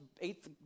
eighth